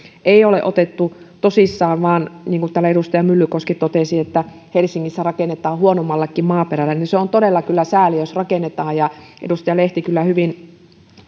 ei ole otettu tosissaan vaan niin kuin täällä edustaja myllykoski totesi helsingissä rakennetaan huonommallekin maaperälle se on todella kyllä sääli jos rakennetaan edustaja lehti kyllä hyvin